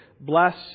Bless